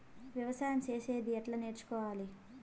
వ్యవసాయం చేసేది ఎట్లా నేర్చుకోవాలి?